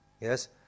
yes